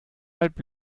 halb